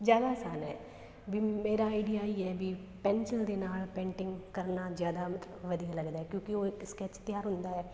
ਜ਼ਿਆਦਾ ਆਸਾਨ ਹੈ ਵੀ ਮੇਰਾ ਆਈਡੀਆ ਆਹੀ ਆ ਵੀ ਪੈਨਸਲ ਦੇ ਨਾਲ ਪੇਂਟਿੰਗ ਕਰਨਾ ਜ਼ਿਆਦਾ ਮਤਲਬ ਵਧੀਆ ਲੱਗਦਾ ਕਿਉਂਕਿ ਉਹ ਇੱਕ ਸਕੈਚ ਤਿਆਰ ਹੁੰਦਾ ਹੈ